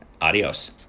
Adios